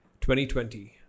2020